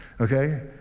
okay